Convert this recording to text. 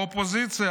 האופוזיציה,